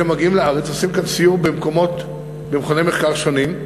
שמגיעים לארץ, עושים סיור במכוני מחקר שונים.